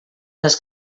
les